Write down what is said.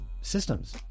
systems